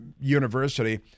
university